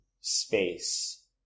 space